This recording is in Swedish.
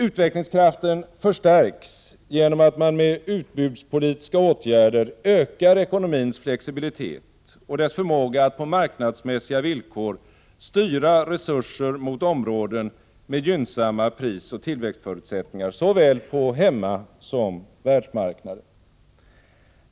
Utvecklingskraften förstärks genom att man med utbudspolitiska åtgärder ökar ekonomins flexibilitet och förmåga att på marknadsmässiga villkor styra resurser mot områden med gynnsamma prisoch tillväxtförutsättningar såväl på hemmasom på världsmarknaden.